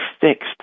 fixed